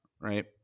right